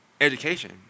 Education